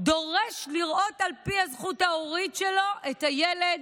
דורש לראות על פי הזכות ההורית שלו את הילד,